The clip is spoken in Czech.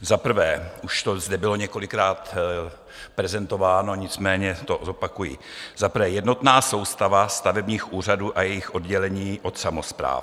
Za prvé už to zde bylo několikrát prezentováno, nicméně to zopakuji jednotná soustava stavebních úřadů a jejich oddělení od samospráv.